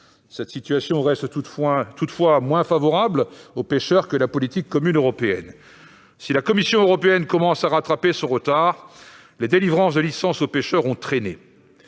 Cette situation reste toutefois moins favorable aux pêcheurs que la politique commune européenne. Si la Commission européenne commence à rattraper son retard, les délivrances de licences aux pêcheurs ont traîné.